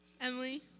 Emily